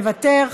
מוותר,